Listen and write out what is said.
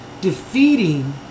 defeating